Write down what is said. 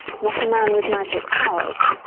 not a man with magic powers,